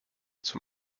zum